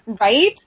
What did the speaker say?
Right